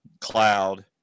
Cloud